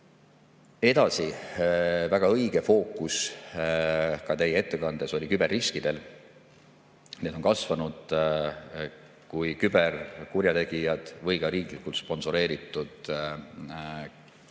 Edasi, väga õige fookus teie ettekandes oli ka küberriskidel. Need on kasvanud. Kui küberkurjategijatel või ka riiklikult sponsoreeritud